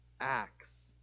acts